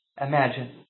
imagine